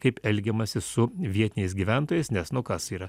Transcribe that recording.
kaip elgiamasi su vietiniais gyventojais nes nu kas yra